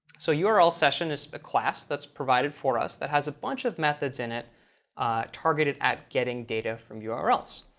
so yeah url session is a class that's provided for us that has a bunch of methods in it targeted at getting data from urls.